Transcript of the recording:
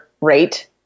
rate